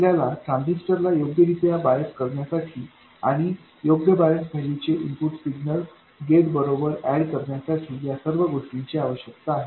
आपल्याला ट्रान्झिस्टरला योग्यरित्या बायस करण्यासाठी आणि योग्य बायस वैल्यू चे इनपुट सिग्नल गेट बरोबर एड करण्यासाठी या सर्व गोष्टींची आवश्यकता आहे